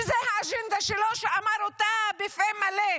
שזו האג'נדה שלו, שאמר אותה בפה מלא,